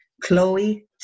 Chloe